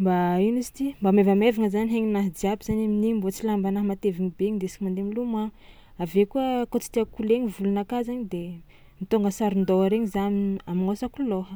mba ino izy ty mba maivamaivagna haigninahy jiaby zany amin'igny mbô lambanahy mateviny be indesy mandeha milomagno, avy eo koa koa tsy tiàka ho leny volonakahy zany de mitônga saron-dôha regny za m- amognoàsako lôha.